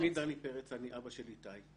דני פרץ, אני אבא של איתי.